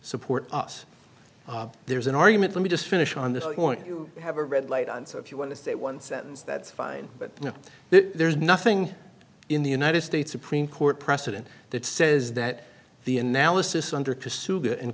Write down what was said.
support us there's an argument let me just finish on this point you have a red light on so if you want to say one sentence that's fine but you know there's nothing in the united states supreme court precedent that says that the analysis